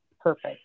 Perfect